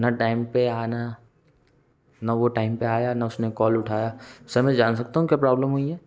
ना टैम पे आना ना वो टैम पे आया ना उसने कौल उठाया सर मैं जान सकता हूँ क्या प्रौब्लम हुई है